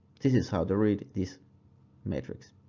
this is how to read this matrix.